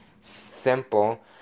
simple